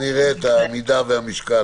אנחנו נראה את המידה ואת המשקל,